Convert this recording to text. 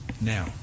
now